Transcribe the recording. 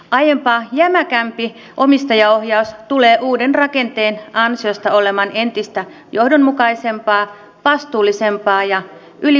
aiempaa jämäkämpi omistajaohjaus tulee uuden rakenteen ansiosta olemaan entistä johdonmukaisempaa vastuullisempaa ja yli vaalikausien kestävää